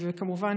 כמובן,